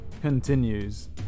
continues